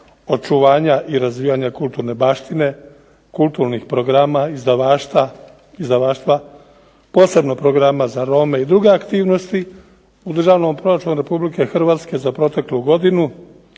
očuvanja i razvijanja kulturne baštine, kulturnih programa, izdavaštva, posebno programa za Rome i druge aktivnosti u Državnom proračunu Republike Hrvatske za proteklu godinu